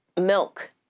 milk